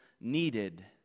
needed